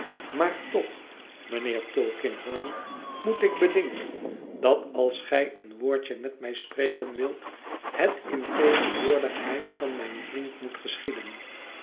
maar toch mijnheer tulkinghorn moet ik bedingen dat als gij een woordje met mij spreken wilt het in tegenwoordigheid van mijn vriend moet geschieden